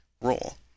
role